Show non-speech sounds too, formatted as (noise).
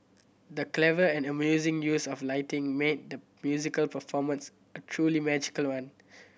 the clever and amazing use of lighting made the musical performance a truly magical one (noise)